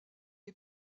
est